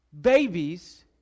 Babies